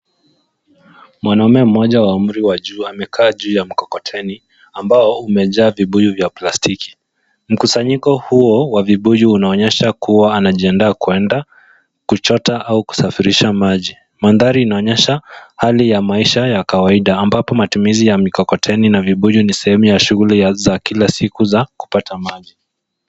Mwanaume mmoja wa umri wa juu amekaa juu ya mkokoteni ambao umejaa vibuyu vya plastiki. Mkusanyiko huo wa vibuyu unaonyesha kuwa anajiandaa kwenda kuchota au kusafirisha maji. Mandhari inaonyesha hali ya maisha ya kawaida ambapo matumizi ya mikokoteni na vibuyu ni sehemu ya shughuli za kila siku za kupata maji.